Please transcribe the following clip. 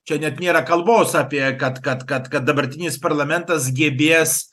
čia net nėra kalbos apie kad kad kad kad dabartinis parlamentas gebės